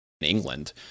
England